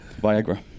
Viagra